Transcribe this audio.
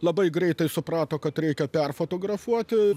labai greitai suprato kad reikia perfotografuoti